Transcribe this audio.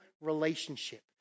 relationship